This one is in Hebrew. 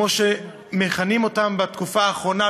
כמו שמכנים אותם בתקופה האחרונה,